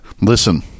listen